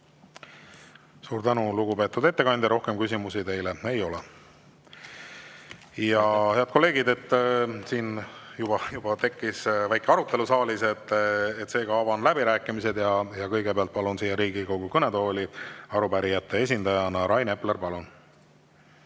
Suur tänu, lugupeetud ettekandja! Rohkem küsimusi teile ei ole. Head kolleegid, siin juba tekkis väike arutelu saalis. Seega avan läbirääkimised ja kõigepealt palun Riigikogu kõnetooli arupärijate esindaja Rain Epleri. Palun!